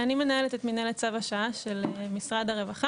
אני מנהלת את מינהל צו השעה של משרד הרווחה.